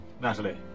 Natalie